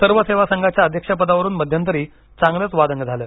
सर्व सेवा संघाच्या अध्यक्ष पदावरुन मध्यंतरी चांगलंच वादंग झालं